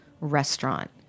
restaurant